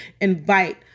invite